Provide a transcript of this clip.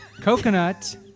Coconut